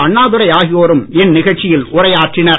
அண்ணாதுரை ஆகியோரும் இந்நிகழ்ச்சியில் உரையாற்றினர்